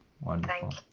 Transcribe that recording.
Wonderful